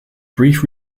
brief